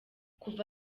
kuva